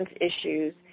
issues